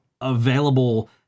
available